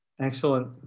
Excellent